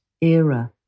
era